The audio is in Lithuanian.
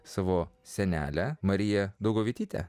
savo senelę mariją dauguvietyte